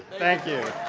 thank you.